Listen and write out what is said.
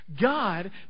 God